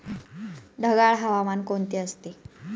ढगाळ हवामान कोणते असते?